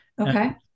Okay